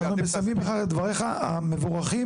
אנחנו מסיימים את דבריך המבורכים.